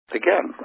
again